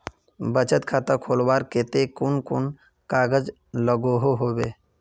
बचत खाता खोलवार केते कुन कुन कागज लागोहो होबे?